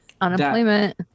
unemployment